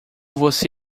você